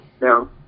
No